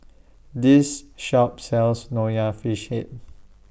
This Shop sells Nonya Fish Head